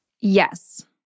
Yes